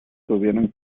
tuvieron